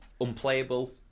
unplayable